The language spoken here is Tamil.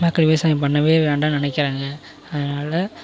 மக்கள் விவசாயம் பண்ணவே வேண்டானு நினைக்கிறாங்க அதனால